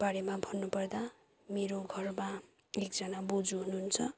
बारेमा भन्नुपर्दा मेरो घरमा एकजना बोजु हुनुहुन्छ